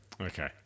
Okay